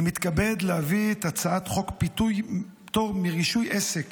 אני מתכבד להביא את הצעת חוק פטור מרישוי עסק